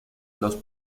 los